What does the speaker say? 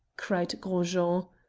cried gros jean.